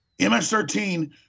MS-13